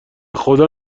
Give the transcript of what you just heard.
خدا